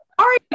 sorry